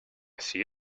see